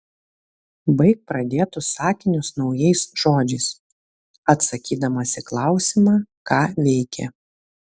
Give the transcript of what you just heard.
baik pradėtus sakinius naujais žodžiais atsakydamas į klausimą ką veikė